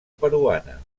peruana